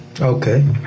Okay